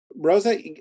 Rosa